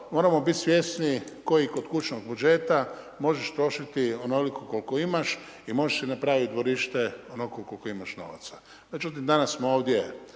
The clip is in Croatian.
moramo biti svjesni kao i kod kućnog budžeta, možeš trošiti onoliko koliko imaš i možeš si napraviti dvorište onoliko koliko imaš novaca. Međutim, danas smo ovdje